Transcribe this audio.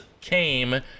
came